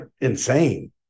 insane